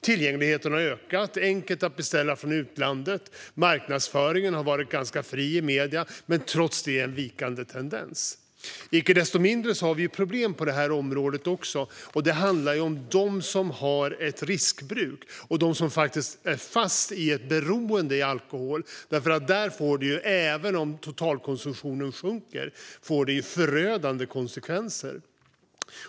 Tillgängligheten har ökat, det är enkelt att beställa från utlandet och marknadsföringen har varit ganska fri i medierna. Trots det är det en vikande tendens. Icke desto mindre har vi problem på det området också. Det handlar om de som har ett riskbruk och de som faktiskt är fast i ett beroende av alkohol. Där får det, även om totalkonsumtionen sjunker, förödande konsekvenser.